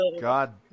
God